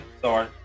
sorry